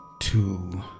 two